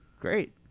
Great